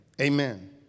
amen